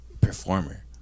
performer